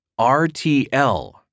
RTL